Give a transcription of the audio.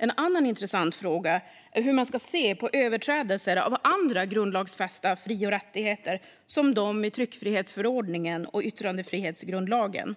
En annan intressant fråga är hur man ska se på överträdelser av andra grundlagsfästa fri och rättigheter, som de som framgår av tryckfrihetsförordningen och yttrandefrihetsgrundlagen. Den